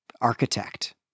architect